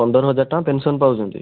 ପନ୍ଦର ହଜାର ଟଙ୍କା ପେନସନ ପାଉଛନ୍ତି